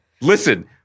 Listen